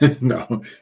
No